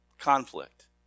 conflict